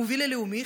המוביל הלאומי,